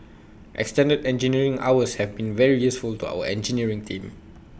extended engineering hours have been very useful to our engineering team